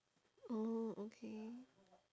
oh okay